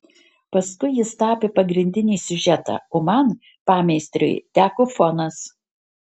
paskui jis tapė pagrindinį siužetą o man pameistriui teko fonas